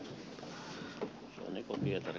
arvoisa puhemies